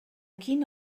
quina